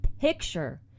picture